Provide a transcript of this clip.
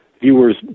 viewers